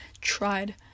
tried